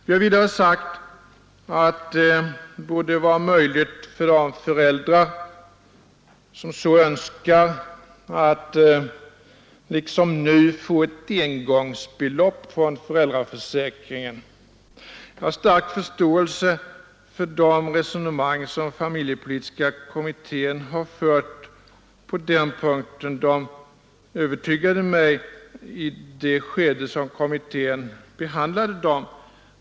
Vi har vidare sagt att det borde vara möjligt för de föräldrar som så önskar att liksom nu få ett engångsbelopp från föräldraförsäkringen. Jag har stor förståelse för de resonemang som familjepolitiska kommittén fört på den punkten. De gjorde ett starkt intryck på mig i det skede då kommittén behandlade dem.